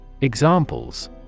Examples